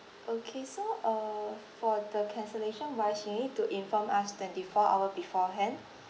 okay so uh for the cancellation wise you need to inform us twenty-four hours beforehand